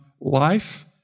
life